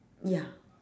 ya